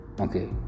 Okay